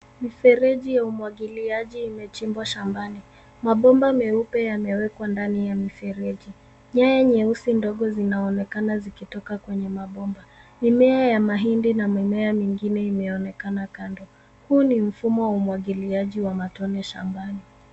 Mifereji ya umwagiliaji imechimbwa shambani. Mabomba meupe yamewekwa ndani ya mifereji. Nyaya nyeusi ndogo zinaonekana zikitoka kwenye mabomba. Mimea ya mahindi na mimea mingine imeonekana kando. Huu ni mfumo wa umwagiliaji wa matone shambani.